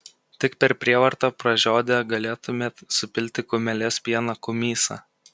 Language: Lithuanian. tik per prievartą pražiodę galėtumėt supilti kumelės pieną kumysą